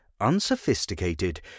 unsophisticated